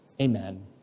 Amen